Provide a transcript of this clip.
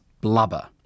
blubber